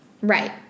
Right